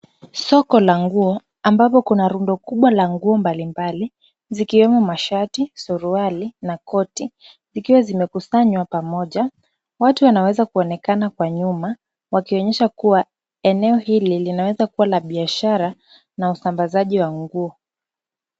Soko la nguo ambapo kuna rundo kubwa la nguo mbali mbali, zikiwemo mashati, suruali na koti, zikiwa zimekusanywa pamoja. Watu wanaweza kuonekana kwa nyuma, wakionyesha kuwa eneo hili linaweza kuwa la biashara na usambazaji wa nguo.